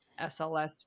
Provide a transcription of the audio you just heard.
SLS